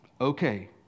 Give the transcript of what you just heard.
okay